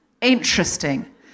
Interesting